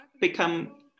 become